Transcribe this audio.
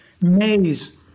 maze